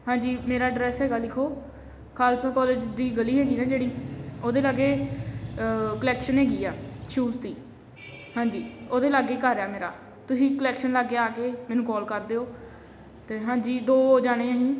ਹਾਂਜੀ ਮੇਰਾ ਅਡਰੈਸ ਹੈਗਾ ਲਿਖੋ ਖਾਲਸਾ ਕੋਲਜ ਦੀ ਗਲੀ ਹੈਗੀ ਨਾ ਜਿਹੜੀ ਉਹਦੇ ਲਾਗੇ ਕਲੈਕਸ਼ਨ ਹੈਗੀ ਆ ਸ਼ੂਜ ਦੀ ਹਾਂਜੀ ਉਹਦੇ ਲਾਗੇ ਘਰ ਹੈ ਮੇਰਾ ਤੁਸੀਂ ਕਲੈਕਸ਼ਨ ਲਾਗੇ ਆ ਆ ਕੇ ਮੈਨੂੰ ਕੋਲ ਕਰ ਦਿਓ ਅਤੇ ਹਾਂਜੀ ਦੋ ਜਾਣੇ ਅਸੀਂ